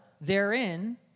therein